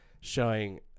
showing